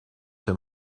him